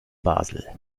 basel